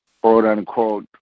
quote-unquote